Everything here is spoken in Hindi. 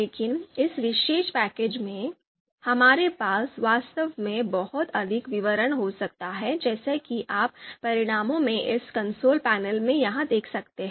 लेकिन इस विशेष पैकेज में हमारे पास वास्तव में बहुत अधिक विवरण हो सकते हैं जैसा कि आप परिणामों में इस कंसोल पैनल में यहां देख सकते हैं